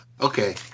Okay